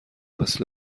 مثل